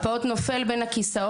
כרגע הפעוט נופל בין הכיסאות,